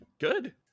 Good